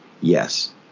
Yes